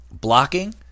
blocking